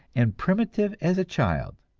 and primitive as a child.